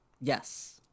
Yes